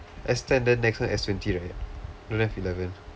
S ten then next [one] S twenty right don't have eleven